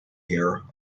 here